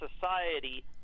society